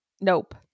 Nope